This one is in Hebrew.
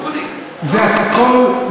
זה לא נכון.